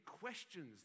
questions